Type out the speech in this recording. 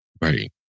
Right